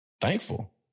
Thankful